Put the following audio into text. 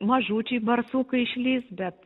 mažučiai barsukai išlįs bet